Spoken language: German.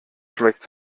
schmeckt